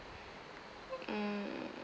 mm